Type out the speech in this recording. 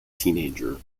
teenager